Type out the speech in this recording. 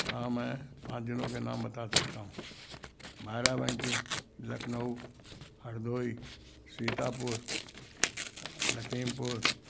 मैं पाँच ज़िलों के नाम बता सकता हूँ बाराबंकी लखनऊ हरदोई सीतापुर लखीमपुर